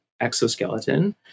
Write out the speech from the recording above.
exoskeleton